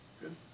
Good